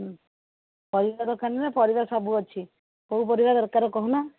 ହୁଁ ପରିବା ଦୋକାନ ନା ପରିବା ସବୁ ଅଛି କେଉଁ ପରିବା ଦରକାର କହୁନ